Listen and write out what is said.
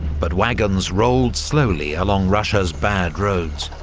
but wagons rolled slowly along russia's bad roads,